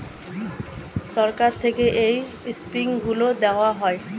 সরকার থেকে এই স্কিমগুলো দেওয়া হয়